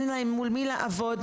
ואין להן מול מי לעבוד.